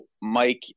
mike